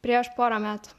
prieš porą metų